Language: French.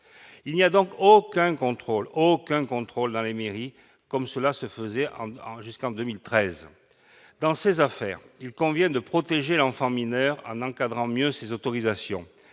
Il n'y a donc aucun contrôle dans les mairies, comme cela se faisait jusqu'en 2013. Dans cette affaire, il convient de protéger l'enfant mineur en encadrant mieux ces autorisations.